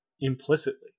implicitly